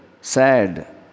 sad